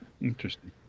interesting